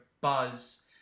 Buzz